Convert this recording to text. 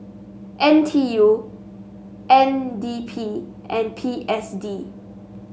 N T U N D P and P S D